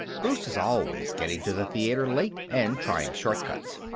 bruce is always getting to the theater late and trying shortcuts.